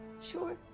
sure